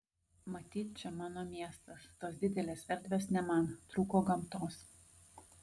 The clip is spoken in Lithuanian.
matyt čia mano miestas tos didelės erdvės ne man trūko gamtos